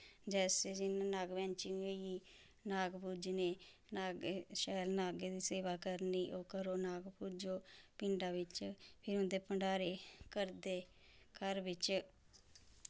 जैसे जियां नागपैंचमी होई गेई नाग पूजने नागें शैल नागें दी सेवा करनी ओह् करो नाग पूजो पिण्डा बिच्च फिर उं'दे भण्डारे करदे घर बिच्च